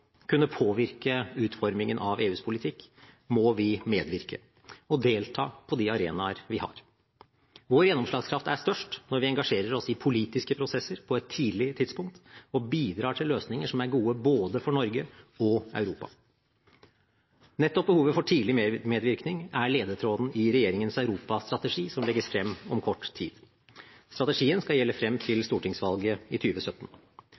kunne påvirke utformingen av EUs politikk må vi medvirke og delta på de arenaer vi har. Vår gjennomslagskraft er størst når vi engasjerer oss i politiske prosesser på et tidlig tidspunkt, og bidrar til løsninger som er gode for både Norge og Europa. Nettopp behovet for tidlig medvirkning er ledetråden i regjeringens europastrategi, som legges frem om kort tid. Strategien skal gjelde frem til stortingsvalget i